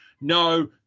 No